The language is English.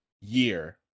year